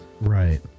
Right